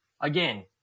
again